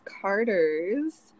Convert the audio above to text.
Carter's